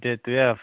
date twelve